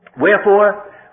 Wherefore